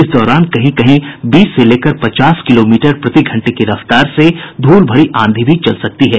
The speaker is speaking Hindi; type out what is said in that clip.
इस दौरान कहीं कहीं बीस से लेकर पचास किलोमीटर प्रति घंटे की रफ्तार से धूल भरी आंधी भी चल सकती है